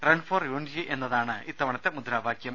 run for unity എന്നതാണ് ഇത്തവണത്തെ മുദ്രാവാക്യം